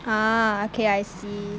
ah okay I see